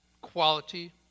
quality